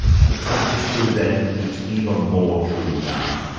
and if that was true then, it's even more true now.